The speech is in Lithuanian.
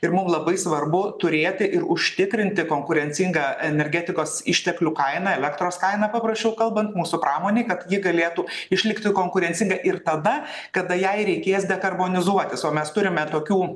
ir mum labai svarbu turėti ir užtikrinti konkurencingą energetikos išteklių kainą elektros kainą paprasčiau kalbant mūsų pramonėj kad ji galėtų išlikti konkurencinga ir tada kada jai reikės dekarbonizuotis o mes turime tokių